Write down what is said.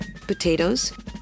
potatoes